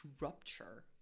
rupture